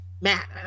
Matt